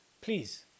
Please